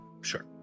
Sure